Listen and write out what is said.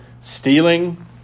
Stealing